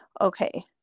Okay